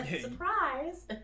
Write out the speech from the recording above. Surprise